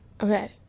Okay